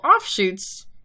offshoots